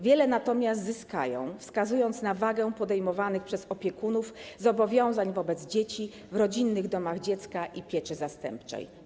Wiele natomiast zyskają, wskazując na wagę podejmowanych przez opiekunów zobowiązań wobec dzieci w rodzinnych domach dziecka i pieczy zastępczej.